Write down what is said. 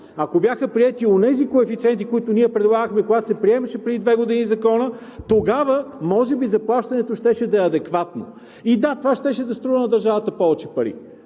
Ако бяха приети онези коефициенти, които ние предлагахме, когато се приемаше преди две години Законът, тогава може би заплащането щеше да е адекватно. И, да, това щеше да струва на държавата повече пари,